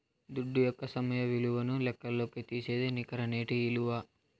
దుడ్డు యొక్క సమయ విలువను లెక్కల్లోకి తీసేదే నికర నేటి ఇలువ